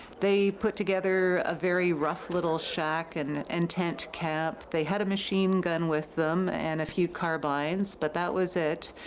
they put together a very rough little shack and and and tent camp. they had a machine gun with them and a few carbines, but that was it.